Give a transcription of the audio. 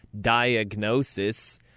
diagnosis